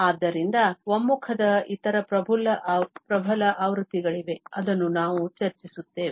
ಆದ್ದರಿಂದ ಒಮ್ಮುಖದ ಇತರ ಪ್ರಬಲ ಆವೃತ್ತಿಗಳಿವೆ ಅದನ್ನು ನಾವು ಚರ್ಚಿಸುತ್ತೇವೆ